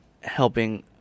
helping